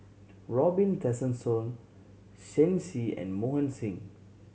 Robin Tessensohn Shen Xi and Mohan Singh